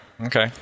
okay